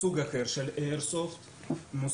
סוג אחר של איירסופט מוסב.